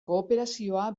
kooperazioa